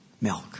Milk